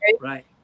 right